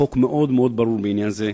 החוק מאוד ברור בעניין זה.